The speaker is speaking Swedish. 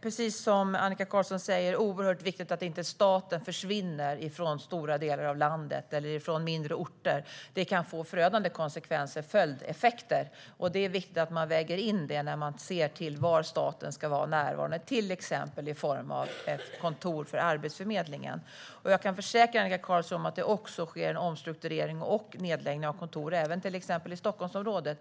Precis som Annika Qarlsson säger är det oerhört viktigt att inte statlig verksamhet försvinner i stora delar av landet eller från mindre orter. Det kan få förödande konsekvenser och följdeffekter. Det är viktigt att man väger in det när man ser var staten ska vara närvarande, till exempel i form av ett kontor för Arbetsförmedlingen. Jag kan försäkra Annika Qarlsson om att det sker en omstrukturering och nedläggning av kontor även i Stockholmsområdet.